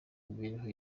mibereho